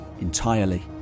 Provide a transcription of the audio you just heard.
entirely